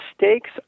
mistakes